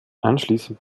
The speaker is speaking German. anschließend